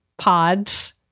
Pods